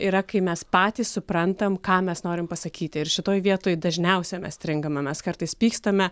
yra kai mes patys suprantam ką mes norim pasakyti ir šitoj vietoj dažniausia mes stringame mes kartais pykstame